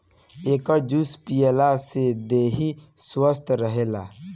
एकर juice पियला से देहि स्वस्थ्य रहेला